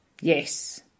Yes